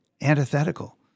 antithetical